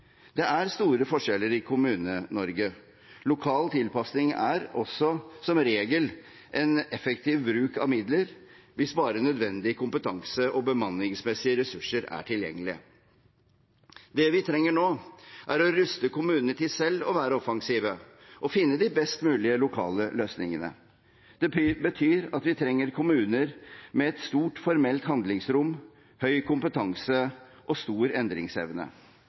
Det er store forskjeller i Kommune-Norge. Lokal tilpasning er også som regel en effektiv bruk av midler hvis bare nødvendig kompetanse og bemanningsmessige ressurser er tilgjengelig. Det vi trenger nå, er å ruste kommunene til selv å være offensive og finne de best mulige lokale løsningene. Det betyr at vi trenger kommuner med et stort formelt handlingsrom, høy kompetanse og stor endringsevne.